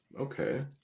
okay